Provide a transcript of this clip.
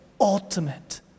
ultimate